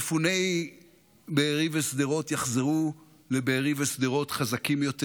מפוני בארי ושדרות יחזרו לבארי ולשדרות חזקים יותר,